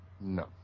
no